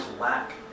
lack